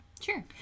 Sure